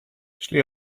szli